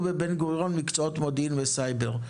בבן-גוריון מקצועות מודיעין וסייבר,